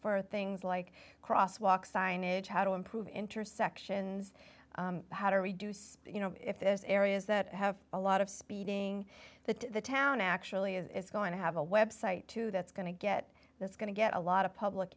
for things like crosswalk signage how to improve intersections how to reduce you know if this areas that have a lot of speeding that the town actually is going to have a website to that's going to get this going to get a lot of public